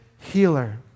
healer